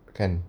kan